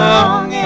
Long